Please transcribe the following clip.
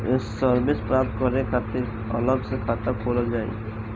ये सर्विस प्राप्त करे के खातिर अलग से खाता खोलल जाइ?